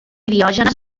diògenes